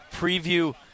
preview